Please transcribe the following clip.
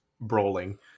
brawling